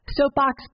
Soapbox